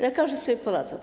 Lekarze sobie poradzą.